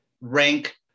rank